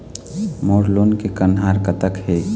मोर loan के कन्हार कतक हे?